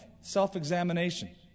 self-examination